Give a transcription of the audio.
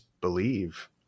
believe